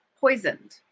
poisoned